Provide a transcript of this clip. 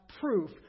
proof